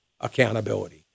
accountability